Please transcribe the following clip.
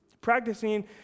practicing